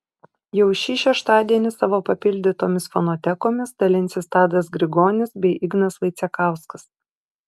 jau šį šeštadienį savo papildytomis fonotekomis dalinsis tadas grigonis bei ignas vaicekauskas